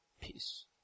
peace